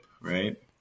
right